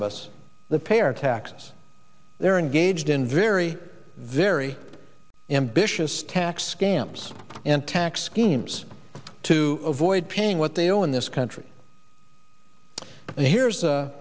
of us that pay our taxes they're engaged in very very ambitious tax scams and tax schemes to avoid paying what they owe in this country and here's